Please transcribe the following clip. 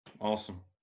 awesome